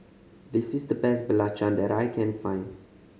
this is the best belacan that I can find